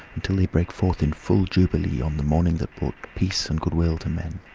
until they break forth in full jubilee on the morning that brought peace and good-will to men.